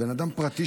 בן אדם פרטי,